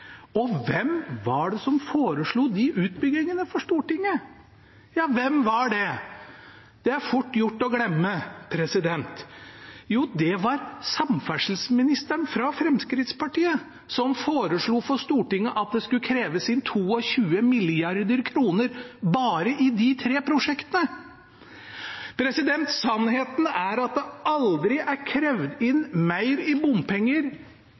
Stortinget. Hvem var det som foreslo de utbyggingene for Stortinget? Ja, hvem var det? Det er fort gjort å glemme. Jo, det var samferdselsministeren fra Fremskrittspartiet som foreslo for Stortinget at det skulle kreves inn 22 mrd. kr bare i de tre prosjektene. Sannheten er at det aldri er krevd inn mer i bompenger